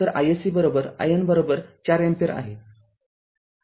तर iSC IN ४अँपिअर आहे